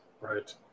Right